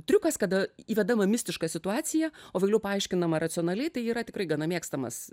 triukas kada įvedama mistiška situacija o vėliau paaiškinama racionaliai tai yra tikrai gana mėgstamas